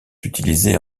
utilisée